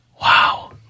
Wow